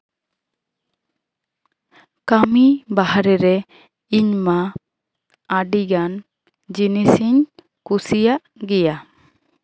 ᱠᱟᱹᱢᱤ ᱵᱟᱦᱨᱮ ᱨᱮ ᱤᱧ ᱢᱟ ᱟᱹᱰᱤᱜᱟᱱ ᱡᱤᱱᱤᱥ ᱤᱧ ᱠᱩᱥᱤᱭᱟᱜ ᱜᱮᱭᱟ